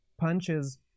punches